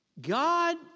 God